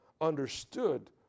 understood